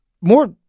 more